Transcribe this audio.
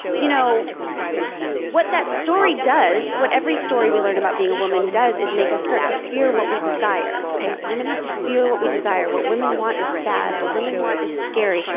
you know what that story does, what every story we learn about being a woman does is make us start to fear what we desire. women have to fear what we desire. what women want is bad. what women want is scary,